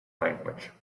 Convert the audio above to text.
language